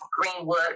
Greenwood